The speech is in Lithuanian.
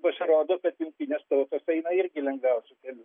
pasirodo kad jungtinės tautos eina irgi lengviausiu keliu